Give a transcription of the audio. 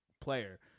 player